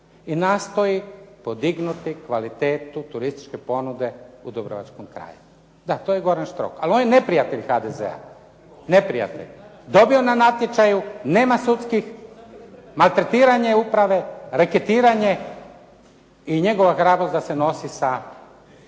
i nastoji podignuti kvalitetu turističke ponude u dubrovačkom kraju. Da, to je Goran Štrok. Ali on je neprijatelj HDZ-a, neprijatelj. Dobio na natječaju, nema sudskih, maltretiranje uprave, reketarenje i njegova hrabrost da se nosi sa,